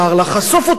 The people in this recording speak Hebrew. לחשוף אותו,